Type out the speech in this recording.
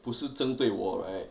不是针对我 right